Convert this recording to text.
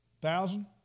Thousand